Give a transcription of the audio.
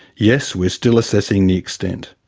yes. we're still assessing the extent.